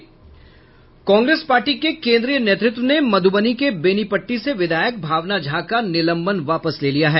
Congress party के केन्द्रीय नेतृत्व ने मध्रबनी के बेनीपट्टी से विधायक भावना झा का निलंबन वापस ले लिया है